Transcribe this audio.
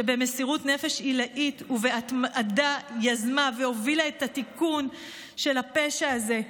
שבמסירות נפש עילאית ובהתמדה יזמה והובילה את התיקון של הפשע הזה.